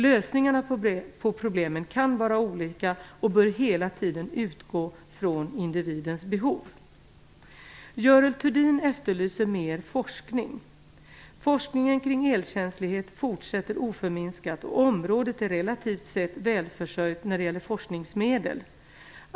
Lösningarna på problemen kan vara olika och bör hela tiden utgå från individens behov. Görel Thurdin efterlyser mer forskning. Forskningen kring elkänslighet fortsätter oförminskat, och området är relativt sett välförsörjt när det gäller forskningsmedel.